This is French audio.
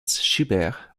schubert